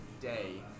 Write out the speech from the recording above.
day